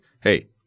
hey